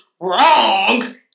wrong